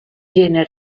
viene